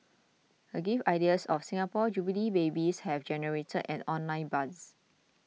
the gift ideas of Singapore Jubilee babies have generated an online buzz